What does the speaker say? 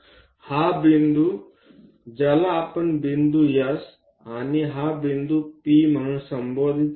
हा बिंदू ज्याला आपण बिंदू S आणि हा बिंदू P म्हणून संबोधत आहोत